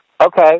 Okay